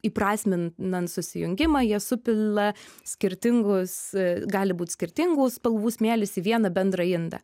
įprasmin nant susijungimą jie supila skirtingus gali būt skirtingų spalvų smėlis į vieną bendrą indą